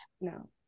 no